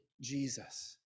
Jesus